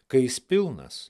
kai jis pilnas